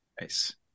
Nice